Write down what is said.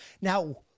Now